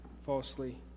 falsely